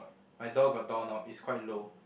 my door got door knob it's quite low